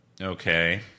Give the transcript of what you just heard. Okay